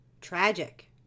Tragic